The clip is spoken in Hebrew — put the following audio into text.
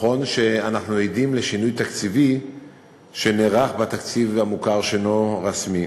נכון שאנחנו עדים לשינוי תקציבי שנערך בתקציב המוכר שאינו רשמי,